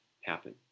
happen